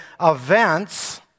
events